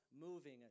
moving